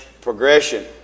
progression